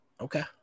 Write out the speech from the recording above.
Okay